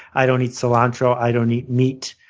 i don't eat cilantro, i don't eat meat.